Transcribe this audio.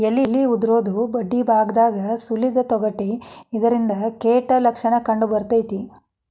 ಎಲಿ ಉದುರುದು ಬಡ್ಡಿಬಾಗದಾಗ ಸುಲಿದ ತೊಗಟಿ ಇದರಿಂದ ಕೇಟ ಲಕ್ಷಣ ಕಂಡಬರ್ತೈತಿ